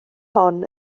hon